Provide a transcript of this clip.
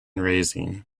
raising